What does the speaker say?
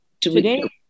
Today